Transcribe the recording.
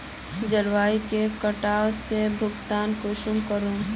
जलवायु के कटाव से भुगतान कुंसम करूम?